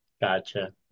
gotcha